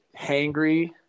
Hangry